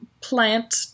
plant